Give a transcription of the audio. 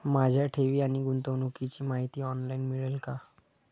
माझ्या ठेवी आणि गुंतवणुकीची माहिती ऑनलाइन मिळेल का?